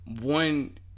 One